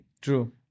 True